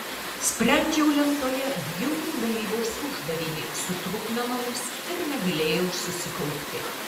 sprendžiau lentoje bjaurų dalybos uždavinį su trupmenomis ir negalėjau susikaupti